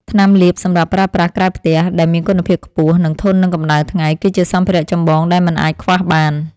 ថ្នាំលាបសម្រាប់ប្រើប្រាស់ក្រៅផ្ទះ ដែលមានគុណភាពខ្ពស់ និងធន់នឹងកម្ដៅថ្ងៃ គឺជាសម្ភារៈចម្បងដែលមិនអាចខ្វះបាន។